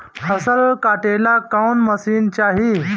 फसल काटेला कौन मशीन चाही?